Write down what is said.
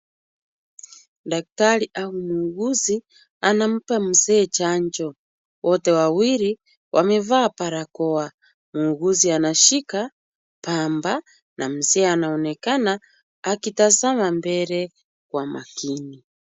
Daktari au muuguzi anampea mzee chanjo wote wawili wamevaa barakoa. Muuguzi anashika pamba na mzee anaonekana akitazama mbele kwa makini.